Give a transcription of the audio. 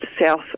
south